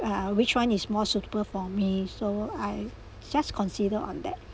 ah which one is more suitable for me so I just consider on that